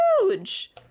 huge